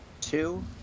Two